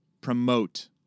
promote